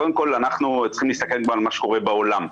קודם כל אנחנו צריכים להסתכל על מה שקורה בעולם.